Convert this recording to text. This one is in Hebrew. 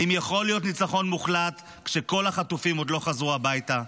האם יכול להיות ניצחון מוחלט כשכל החטופים עוד לא חזרו הביתה?